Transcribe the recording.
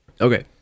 okay